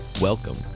Welcome